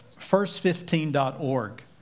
first15.org